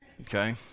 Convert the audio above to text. Okay